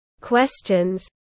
questions